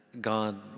God